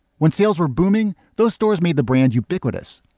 when sales were booming, those stores made the brand ubiquitous.